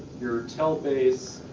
your tail base,